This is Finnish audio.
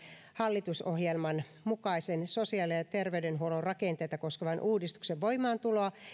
hallitusohjelman mukaisen sosiaali ja terveydenhuollon rakenteita koskevan uudistuksen voimaantuloa